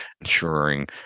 ensuring